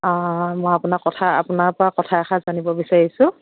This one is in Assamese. অ' মই আপোনাক কথা আপোনাৰ পৰা কথা এষাৰ জানিব বিচাৰিছোঁ